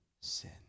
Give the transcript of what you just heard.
sin